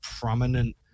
prominent